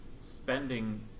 spending